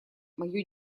мое